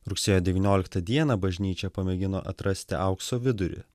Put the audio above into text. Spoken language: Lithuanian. rugsėjo devynioliktą dieną bažnyčia pamėgino atrasti aukso vidurį